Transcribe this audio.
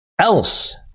else